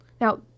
Now